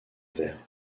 vert